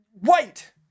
white